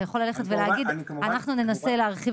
אתה יכול ללכת ולהגיד "אנחנו ננסה להרחיב